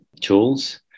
tools